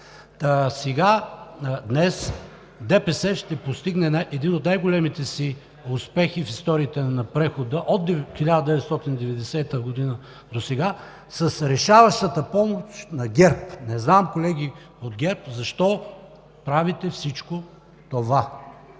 днес, ДПС ще постигне един от най-големите си успехи в историята на прехода от 1990 г. досега с решаващата помощ на ГЕРБ. Не знам, колеги от ГЕРБ, защо правите всичко това?!